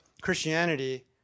Christianity